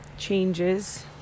changes